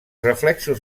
reflexos